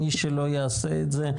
מי שלא יעשה את זה,